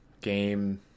game